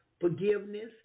forgiveness